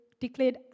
declared